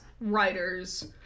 writers